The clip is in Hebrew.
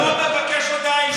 אני לא מבקש הודעה אישית.